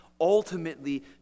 ultimately